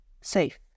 safe